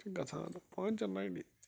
چھِ گژھان پٲنٛژِ لٹہِ